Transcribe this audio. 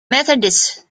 methodists